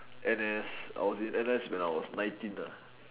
N_S I was in N_S when I was nineteen nah